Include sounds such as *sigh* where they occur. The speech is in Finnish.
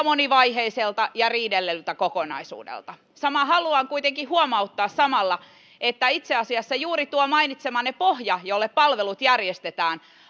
*unintelligible* monivaiheisena ja riideltynä kokonaisuutena samalla haluan kuitenkin huomauttaa että itse asiassa juuri tuo mainitsemanne pohja jolle palvelut järjestetään